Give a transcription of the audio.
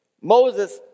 Moses